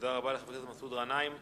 תודה רבה לחבר הכנסת מסעוד גנאים.